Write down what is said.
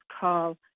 call